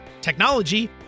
technology